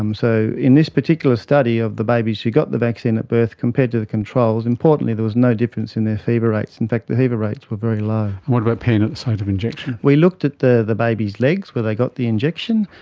um so in this particular study of the babies who got the vaccine at birth compared to the controls, importantly there was no different in their fever rates, in fact the fever rates were very low. and what about pain at the site of injection? we looked at the the baby's legs where they got the injection.